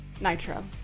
Nitro